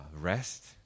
rest